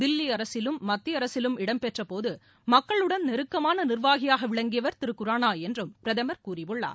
தில்லி அரசிலும் மத்திய அரசிலும் இடம்பெற்றபோது மக்களுடன் நெருக்கமான நிர்வாகியாக விளங்கியவர் திரு குரானா என்றும் பிரதமர் கூறியுள்ளார்